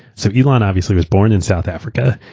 so elon obviously was born in south africa.